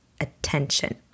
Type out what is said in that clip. attention